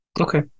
okay